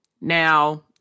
Now